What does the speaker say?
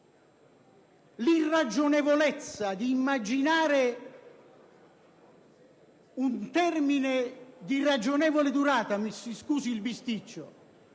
L'irragionevolezza di immaginare un termine di ragionevole durata - mi si scusi il bisticcio